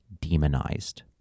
demonized